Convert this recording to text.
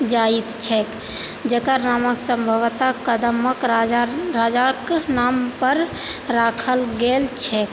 जाइत छै जकर नाम सम्भवत कदम्ब राजाके नामपर राखल गेल छै